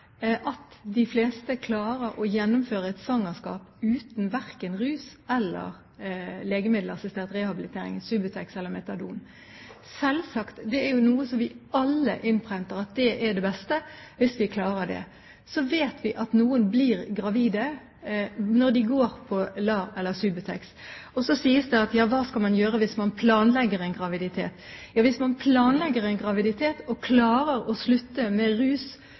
at de fleste klarer å gjennomføre et svangerskap uten verken rus eller legemiddelassistert rehabilitering, Subutex eller metadon. Selvsagt, det er jo noe som vi alle innprenter, er det det beste hvis man klarer det. Så vet vi at noen blir gravide når de går på LAR eller Subutex. Og så spørres det: Hva skal man gjøre hvis man planlegger en graviditet? Ja, hvis man planlegger en graviditet og klarer å slutte med rus